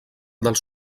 dels